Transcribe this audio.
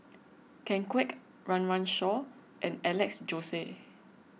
Ken Kwek Run Run Shaw and Alex Josey